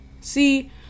See